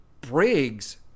Briggs